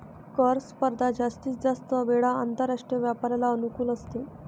कर स्पर्धा जास्तीत जास्त वेळा आंतरराष्ट्रीय व्यापाराला अनुकूल असते